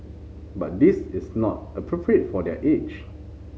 but this is not appropriate for their age